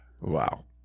Wow